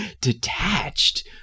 detached